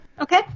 Okay